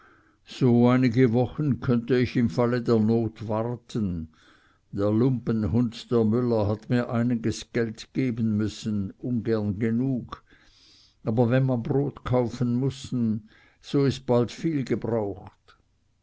so einige wochen könnte ich im falle der not warten der lumpenhund der müller hat mir einiges geld geben müssen ungern genug aber wenn man brot kaufen muß so ist bald viel gebraucht